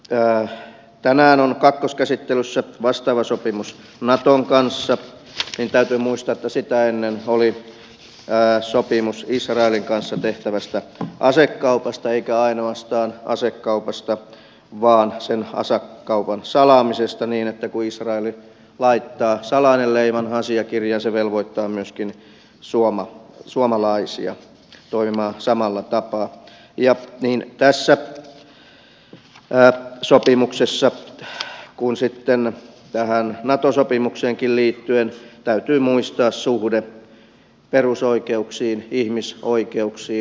kun tänään on kakkoskäsittelyssä vastaava sopimus naton kanssa niin täytyy muistaa että sitä ennen oli sopimus israelin kanssa tehtävästä asekaupasta eikä ainoastaan asekaupasta vaan sen asekaupan salaamisesta niin että kun israel laittaa salainen leiman asiakirjaan se velvoittaa myöskin suomalaisia toimimaan samalla tapaa ja niin tässä sopimuksessa kuin sitten tähän nato sopimukseenkin liittyen täytyy muistaa suhde perusoikeuksiin ihmisoikeuksiin